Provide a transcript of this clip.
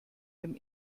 dem